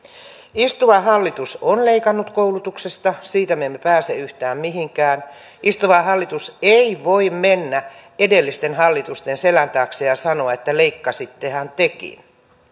istuva hallitus on leikannut koulutuksesta siitä me emme pääse yhtään mihinkään istuva hallitus ei voi mennä edellisten hallitusten selän taakse ja sanoa että leikkasittehan tekin